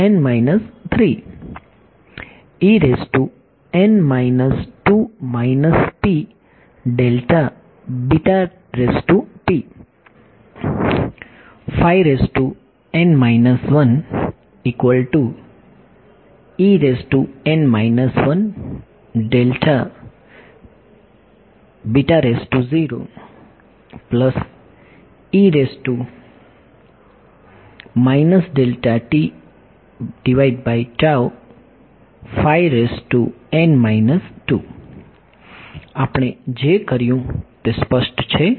તે છે આપણે જે કર્યું તે સ્પષ્ટ છે